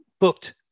booked